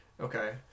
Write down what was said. Okay